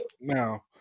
now